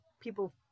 people